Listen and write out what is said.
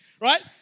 right